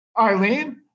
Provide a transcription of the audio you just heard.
Eileen